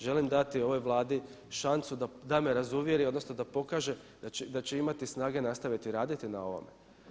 Želim dati ovoj Vladi šansu da me razuvjeri, odnosno da pokaže da će imati snage nastaviti raditi na ovome.